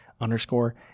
Underscore